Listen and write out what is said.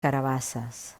carabasses